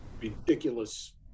ridiculous